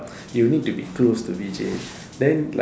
you need to be close to Vijay then